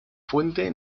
fuente